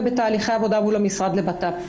זה בתהליכי עבודה מול המשרד לביטחון פנים.